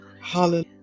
Hallelujah